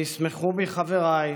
וישמחו בי חבריי,